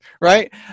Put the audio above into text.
right